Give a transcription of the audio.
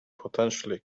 potentially